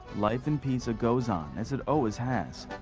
life in pisa goes on as it always has.